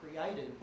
created